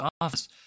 office